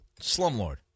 Slumlord